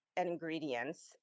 ingredients